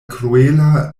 kruela